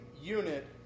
unit